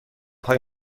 های